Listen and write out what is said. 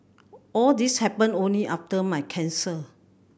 all these happened only after my cancer